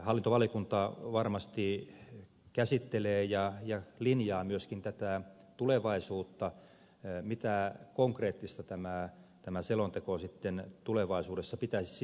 hallintovaliokunta varmasti käsittelee ja linjaa myöskin tätä tulevaisuutta mitä konkreettista tämän selonteon tulevaisuudessa pitäisi sisältää